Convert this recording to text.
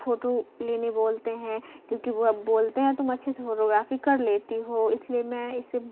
photo لینے بولتے ہیں کیونکہ وہ بولتے ہیں تم اچھے سے فوٹوگرافی کر لیتی ہو اس لیے میں اسے